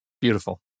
beautiful